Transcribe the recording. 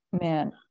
Man